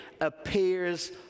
appears